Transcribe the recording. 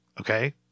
Okay